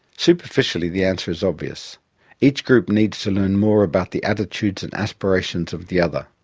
superficially the answer is obvious each group needs to learn more about the attitudes and aspirations of the other.